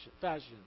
fashion